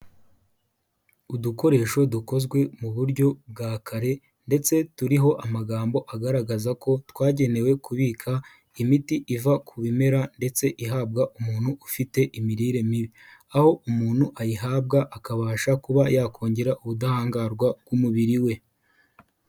Udukoresho dukozwe mu buryo bwa kare ndetse turiho amagambo agaragaza ko twagenewe kubika imiti iva ku bimera ndetse ihabwa umuntu ufite imirire mibi, aho umuntu ayihabwa akabasha kuba yakongera ubudahangarwa bw'umubiri we.